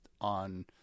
on